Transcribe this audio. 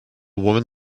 woman